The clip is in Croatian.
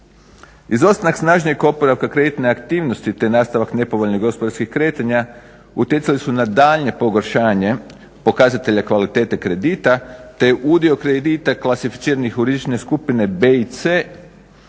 Izostanak snažnijeg oporavka kreditne aktivnosti te nastavak nepovoljne gospodarskih kretanja utjecali su na daljnje pogoršanje pokazatelja kvalitete kredita te udio kredita klasificiranih u rizične skupine b i c